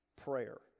prayer